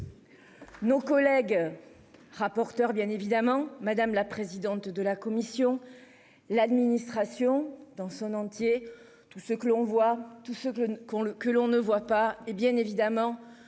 Nos collègues. Rapporteurs bien évidemment. Madame la présidente de la commission. L'administration dans son entier. Tout ce que l'on voit tout ce que qu'on le que l'on ne voit pas et bien évidemment